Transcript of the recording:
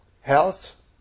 health